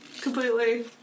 completely